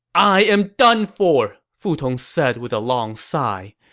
i am done for! fu tong said with a long sigh.